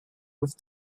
with